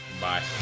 bye